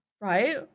Right